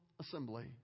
Assembly